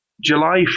July